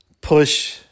push